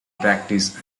practice